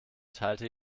teilte